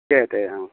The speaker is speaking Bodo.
दे दे ओं